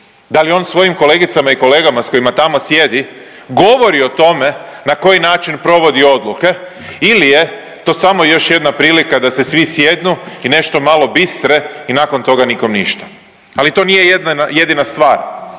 Da li je on svojim kolegicama i kolegama s kojima tamo sjedi govori o tome na koji način provodi odluke ili je to samo još jedna prilika da se svi sjednu i nešto malo bistre i nakon toga nikom ništa. Ali to nije jedina stvar.